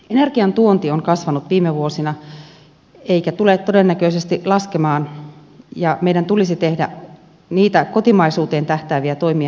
energian tuonti on kasvanut viime vuosina eikä tule todennäköisesti laskemaan ja meidän tulisi tehdä niitä kotimaisuuteen tähtääviä toimia energiapolitiikassa